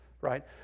Right